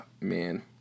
man